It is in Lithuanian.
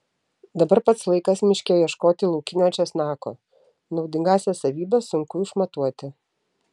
dabar pats laikas miške ieškoti laukinio česnako naudingąsias savybes sunku išmatuoti